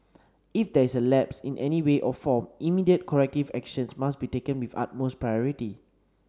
if there is a lapse in any way or form immediate corrective actions must be taken with utmost priority